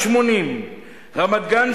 80%; רמת-גן,